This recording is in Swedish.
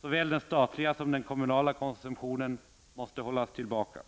Såväl den statliga som den kommunala konsumtionen måste hållas tillbaka.